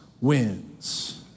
wins